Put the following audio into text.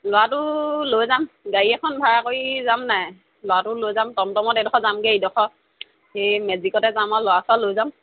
ল'ৰাটো লৈ যাম গাড়ী এখন ভাড়া কৰি যাম নাই ল'ৰাটো লৈ যাম টমটমত এডোখৰ যামগৈ ইডোখৰ সেই মেজিকতে যাম আৰু ল'ৰা চৰা লৈ যাম